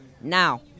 Now